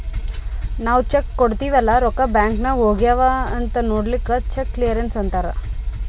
ನಾವ್ ಚೆಕ್ ಕೊಡ್ತಿವ್ ಅಲ್ಲಾ ರೊಕ್ಕಾ ಬ್ಯಾಂಕ್ ನಾಗ್ ಹೋಗ್ಯಾವ್ ಅಂತ್ ನೊಡ್ಲಕ್ ಚೆಕ್ ಕ್ಲಿಯರೆನ್ಸ್ ಅಂತ್ತಾರ್